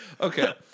okay